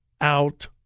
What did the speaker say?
out